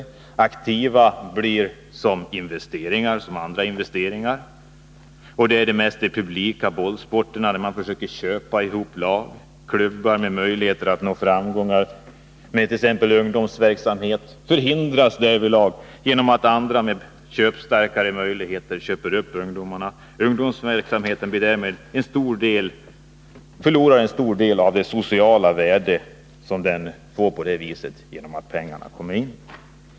De aktiva blir till investeringar som andra investeringar. I de mest publika bollsporterna försöker man köpa ihop lag. Klubbar med möjlighet att nå framgångar med t.ex. ungdomsverksamhet förhindras därvidlag, genom att andra med köpstarkare möjligheter köper upp ungdomarna. Ungdomsverksamheten förlorar därmed en stor del av det sociala värdet, genom att pengarna kommer in.